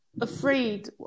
afraid